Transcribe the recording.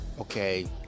okay